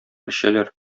эчәләр